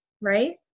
right